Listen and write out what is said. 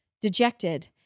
Dejected